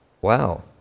wow